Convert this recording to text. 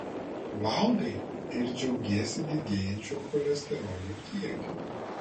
valgai ir džiaugiesi didėjančiu cholesterolio kiekiu